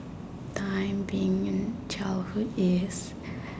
time being in childhood is